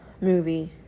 movie